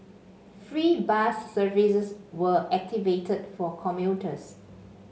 free bus services were activated for commuters